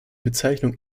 bezeichnung